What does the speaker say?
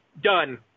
done